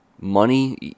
Money